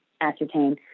ascertain